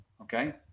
okay